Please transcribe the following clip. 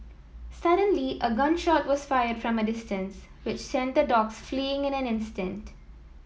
suddenly a gun shot was fired from a distance which sent the dogs fleeing in an instant